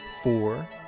Four